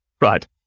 Right